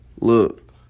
Look